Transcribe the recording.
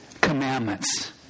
commandments